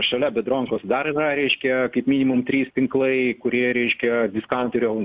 šalia bedronkos dar yra reiškia kaip minimum trys tinklai kurie reiškia diskaunterio